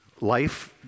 Life